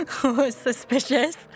suspicious